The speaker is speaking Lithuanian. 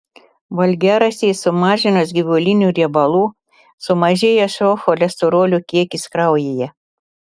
valgiaraštyje sumažinus gyvulinių riebalų sumažėja šio cholesterolio kiekis kraujyje